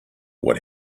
what